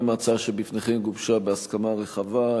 גם ההצעה שבפניכם גובשה בהסכמה רחבה,